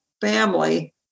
family